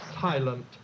silent